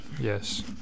Yes